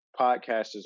podcasters